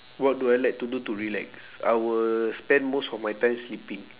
what do I like to do to relax I will spend most of my time sleeping